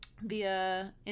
via